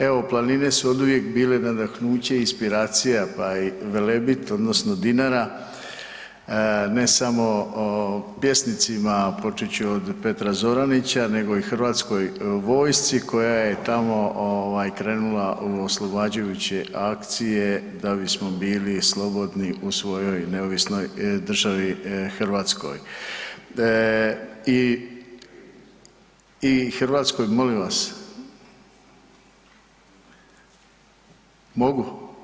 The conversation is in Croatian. Evo planine su oduvijek bile nadahnuće i inspiracija, pa i Velebit odnosno Dinara ne samo pjesnicima, počet ću od Petra Zoranića nego i HV-u koja je tamo ovaj krenula u oslobađajuće akcije da bismo bili slobodni u svojoj neovisnoj državi Hrvatskoj i, i hrvatskoj, molim vas, mogu?